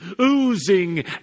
oozing